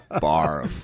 bar